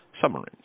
submarines